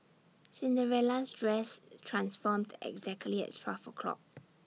Cinderella's dress transformed exactly at twelve o'clock